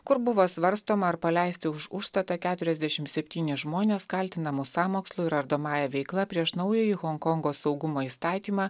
kur buvo svarstoma ar paleisti už užstatą keturiasdešimt septynis žmones kaltinamus sąmokslu ir ardomąja veikla prieš naująjį honkongo saugumo įstatymą